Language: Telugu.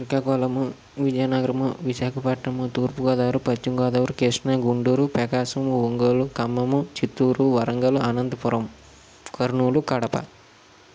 శ్రీకాకుళము విజయనగరము విశాఖపట్నము తూర్పుగోదావరి పశ్చిమ గోదావరి కృష్ణ గుంటూరు ప్రకాశం ఒంగోలు ఖమ్మము చిత్తూరు వరంగలు అనంతపురము కర్నూలు కడప